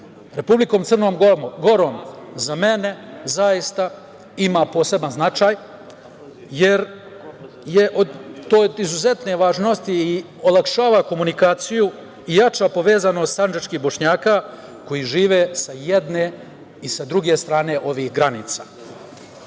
Republikom Crnom Gorom za mene zaista ima poseban značaj jer je od izuzetne važnosti i olakšava komunikaciju i jača povezanost sandžačkih Bošnjaka koji žive sa jedne i sa druge strane ovih granica. Želim